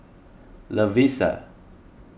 Lovisa